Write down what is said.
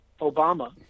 Obama